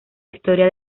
historia